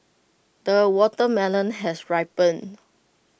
the watermelon has ripened